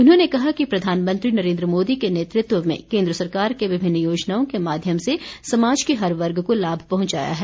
उन्होंने कहा कि प्रधानमंत्री नरेन्द्र मोदी के नेतत्व में केन्द्र सरकार ने विभिन्न योजनाओं के माध्यम से समाज के हर वर्ग को लाभ पहंचाया है